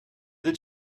did